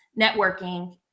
networking